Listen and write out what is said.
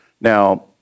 Now